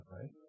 right